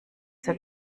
sehr